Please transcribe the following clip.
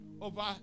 over